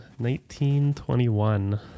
1921